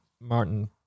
Martin